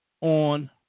on